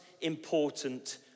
important